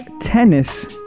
tennis